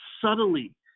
subtly